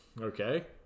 Okay